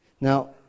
Now